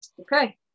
Okay